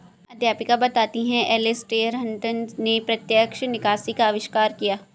अध्यापिका बताती हैं एलेसटेयर हटंन ने प्रत्यक्ष निकासी का अविष्कार किया